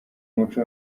umuco